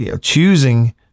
choosing